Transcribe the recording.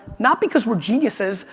not because we're geniuses,